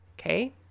Okay